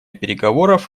переговоров